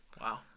Wow